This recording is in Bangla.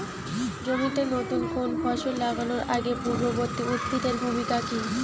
জমিতে নুতন কোনো ফসল লাগানোর আগে পূর্ববর্তী উদ্ভিদ এর ভূমিকা কি?